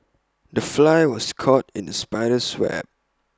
the fly was caught in the spider's web